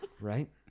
Right